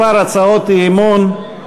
כמה הצעות אי-אמון.